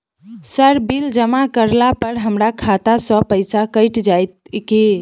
Sir bill जमा करला पर हमरा खाता सऽ पैसा कैट जाइत ई की?